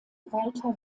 walther